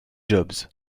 jobs